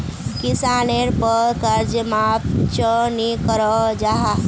किसानेर पोर कर्ज माप चाँ नी करो जाहा?